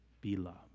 beloved